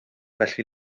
felly